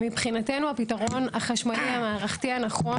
מבחינתי הפתרון החשמלי המערכתי הנכון,